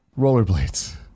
rollerblades